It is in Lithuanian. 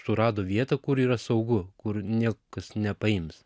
surado vietą kur yra saugu kur niekas nepaims